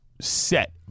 set